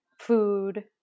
food